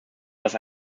dass